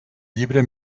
llibre